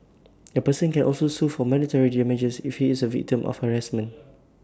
A person can also sue for monetary damages if he is A victim of harassment